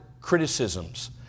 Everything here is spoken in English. criticisms